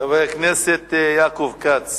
חבר הכנסת יעקב כץ,